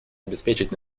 обеспечить